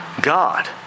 God